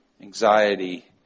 anxiety